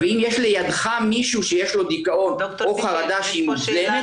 ואם יש לידך מישהו שיש לו דיכאון או חרדה שהיא מוגזמת,